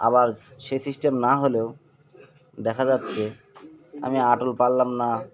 আবার সেই সিস্টেম না হলেও দেখা যাচ্ছে আমি আটল পারলাম না